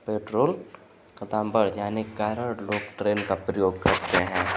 petrol का दाम बढ़ जाने के कारण लोग ट्रेन का प्रयोग करते हैं